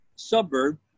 suburb